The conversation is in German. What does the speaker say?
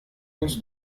uns